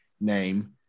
name